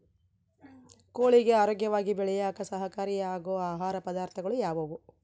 ಕೋಳಿಗೆ ಆರೋಗ್ಯವಾಗಿ ಬೆಳೆಯಾಕ ಸಹಕಾರಿಯಾಗೋ ಆಹಾರ ಪದಾರ್ಥಗಳು ಯಾವುವು?